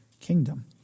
kingdom